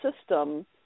system